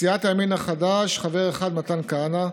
סיעת הימין החדש, חבר אחד: מתן כהנא,